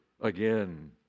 again